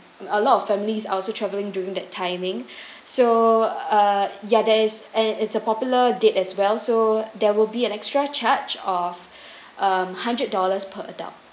a lot of families are also travelling during that timing so uh yeah there is and it's a popular date as well so there will be an extra charge of um a hundred dollars per adult